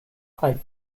island